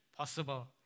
possible